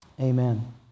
Amen